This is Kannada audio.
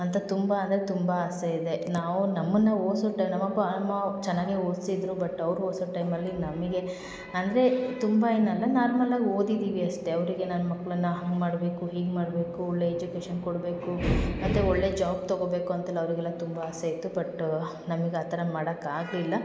ಅಂತ ತುಂಬ ಅಂದರೆ ತುಂಬ ಆಸೆ ಇದೆ ನಾವು ನಮ್ಮನ್ನ ನಮ್ಮ ಅಪ್ಪ ಅಮ್ಮ ಚೆನ್ನಾಗೇ ಓದಿಸಿದ್ರು ಬಟ್ ಅವ್ರು ಓದಿಸೋ ಟೈಮಲ್ಲಿ ನಮಗೆ ಅಂದರೆ ತುಂಬ ಏನಲ್ಲ ನಾರ್ಮಲಾಗಿ ಓದಿದ್ದೀವಿ ಅಷ್ಟೇ ಅವರಿಗೆ ನಮ್ಮ ಮಕ್ಕಳನ್ನ ಹಂಗೆ ಮಾಡಬೇಕು ಹೀಗೆ ಮಾಡಬೇಕು ಒಳ್ಳೆಯ ಎಜುಕೇಷನ್ ಕೊಡಬೇಕು ಮತ್ತು ಒಳ್ಳೆಯ ಳ್ಳೆ ಜಾಬ್ ತಗೊಬೇಕು ಅಂತೆಲ್ಲ ಅವರಿಗೆಲ್ಲ ತುಂಬ ಆಸೆ ಇತ್ತು ಬಟ್ ನಮ್ಗೆ ಆ ಥರ ಮಾಡಕ್ಕೆ ಆಗಲಿಲ್ಲ